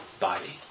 body